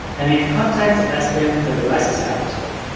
i mean contacts as in the device's address book.